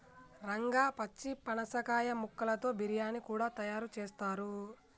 రంగా పచ్చి పనసకాయ ముక్కలతో బిర్యానీ కూడా తయారు చేస్తారు